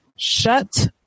shut